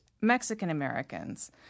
Mexican-Americans